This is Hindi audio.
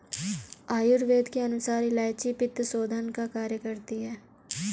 आयुर्वेद के अनुसार इलायची पित्तशोधन का कार्य करती है